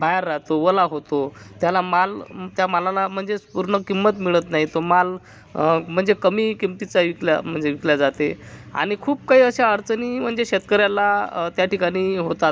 बाहेर राहतो ओला होतो त्याला माल त्या मालाला म्हणजेच पूर्ण किंमत मिळत नाही तो माल म्हणजे कमी किमतीचा विकला म्हणजे विकला जाते आणि खूप काही अशा अडचणी म्हणजे शेतकऱ्याला त्या ठिकाणी होतात